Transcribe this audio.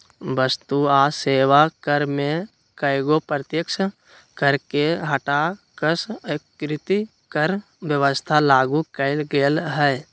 वस्तु आ सेवा कर में कयगो अप्रत्यक्ष कर के हटा कऽ एकीकृत कर व्यवस्था लागू कयल गेल हई